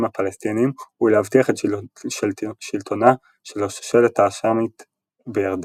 הפלסטינים ולהבטיח את שלטונה של השושלת ההאשמית בירדן.